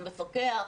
המפקח,